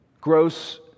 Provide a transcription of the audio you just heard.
gross